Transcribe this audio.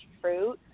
fruit